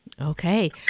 Okay